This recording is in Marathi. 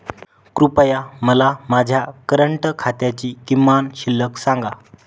कृपया मला माझ्या करंट खात्याची किमान शिल्लक सांगा